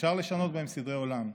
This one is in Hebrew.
אפשר לשנות בהם סדרי עולם.